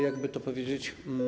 Jak by to powiedzieć.